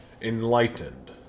enlightened